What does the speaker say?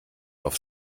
auf